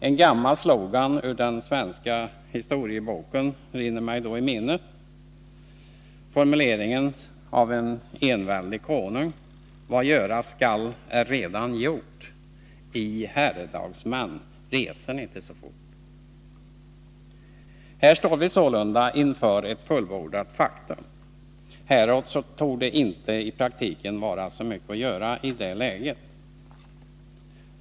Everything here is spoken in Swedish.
En gammal slogan ur den svenska historieboken rinner då mig i minnet, formulerad av en enväldig konung: ”Vad göras skall är allaredan gjort, I herredagsmän, reser icke så fort!” Här står vi sålunda inför ett fullbordat faktum. Häråt torde i praktiken inte vara så mycket att göra i detta läge.